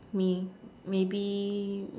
me maybe